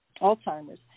Alzheimer's